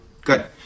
Good